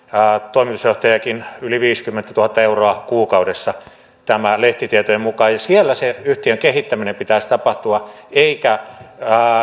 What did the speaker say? toimitusjohtajakin yli viisikymmentätuhatta euroa kuukaudessa lehtitietojen mukaan siellä sen yhtiön kehittämisen pitäisi tapahtua eikä